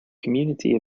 community